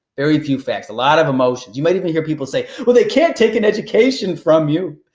very few facts, a lot of emotions. you might even hear people say well they can't take an education from you.